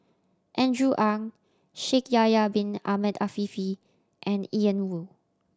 Andrew Ang Shaikh Yahya Bin Ahmed Afifi and Ian Woo